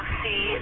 see